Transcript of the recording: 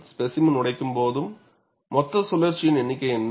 specimen உடைக்கும்போது மொத்த சுழ்ற்சியின் எண்ணிக்கை என்ன